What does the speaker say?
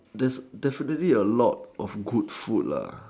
there's definitely a lot of good food